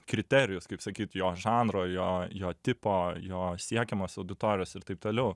kriterijus kaip sakyt jo žanro jo jo tipo jo siekiamos auditorijos ir taip toliau